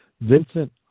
Vincent